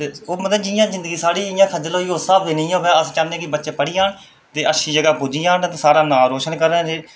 ते मतलब ओह् जिंदगी साढ़े इ'यां खज्जल होई उस स्हाबै दी नेईं होऐ अस चाह्न्ने कि बच्चे पढ़ी जान ते अच्छी जगह् पुज्जी जान साढ़ा नांऽ रोशन करै दे